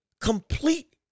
complete